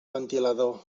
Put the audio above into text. ventilador